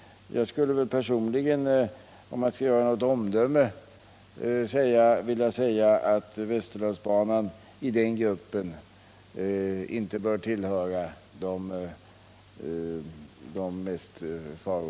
Om man skall göra något omdöme vill jag säga att Västerdalsbanan i den gruppen inte tillhör de mest hotade.